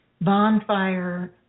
bonfire